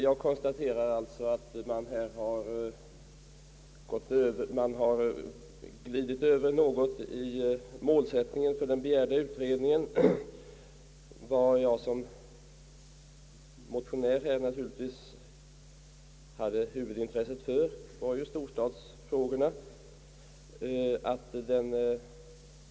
Jag konstaterar alltså, att man här har glidit över något i målsättningen för den begärda utredningen. Vad jag som motionär naturligtvis hade huvudintresse för var storstadsfrågorna.